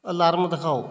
alarm ਦਿਖਾਓ